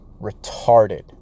retarded